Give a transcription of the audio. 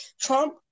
Trump